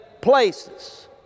places